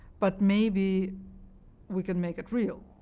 but maybe we can make it real.